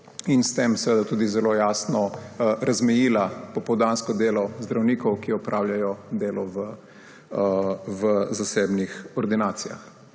in s tem seveda tudi zelo jasno razmejila popoldansko delo zdravnikov, ki opravljajo delo v zasebnih ordinacijah.